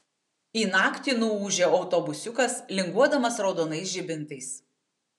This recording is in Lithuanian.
į naktį nuūžia autobusiukas linguodamas raudonais žibintais